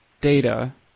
data